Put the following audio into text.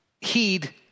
heed